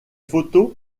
photos